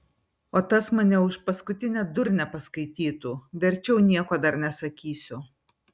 o tas mane už paskutinę durnę paskaitytų verčiau nieko dar nesakysiu